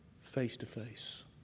face-to-face